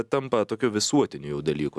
tampa tokiu visuotiniu jau dalyku